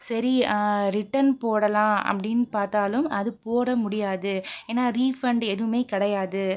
சரி ரிட்டர்ன் போடலாம் அப்படினு பார்த்தாலும் அது போட முடியாது ஏன்னால் ரீஃபண்ட் எதுவுமே கிடையாது